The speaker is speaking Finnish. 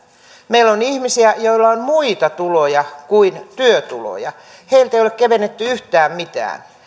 meillä on ihmisiä joilla on muita tuloja kuin työtuloja heiltä ei ole kevennetty yhtään mitään